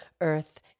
earth